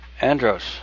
Andros